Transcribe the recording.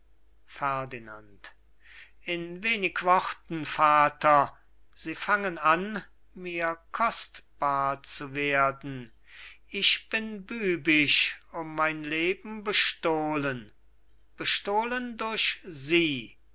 ferdinand in wenig worten vater sie fangen an mir kostbar zu werden ich bin bübisch um mein leben bestohlen bestohlen durch sie